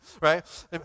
right